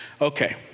Okay